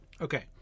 Okay